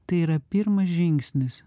tai yra pirmas žingsnis